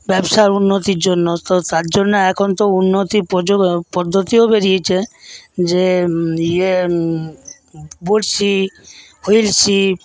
ব্যবসার উন্নতির জন্য তো তার জন্য এখন তো উন্নতির প্রচুর পদ্ধতি বেরিয়েছে যে ইয়ে বড়শি হুইল ছিপ